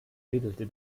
wedelte